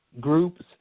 groups